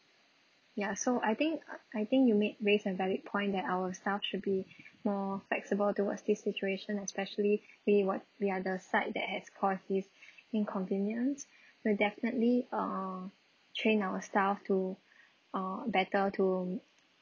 ya so I think I think you made raise a valid point that our staff should be more flexible towards this situation especially we what we are the side that has cause this inconvenience we'll definitely uh train our staff to uh better to